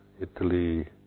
Italy